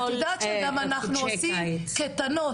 את יודעת שגם אנחנו עושים קייטנות.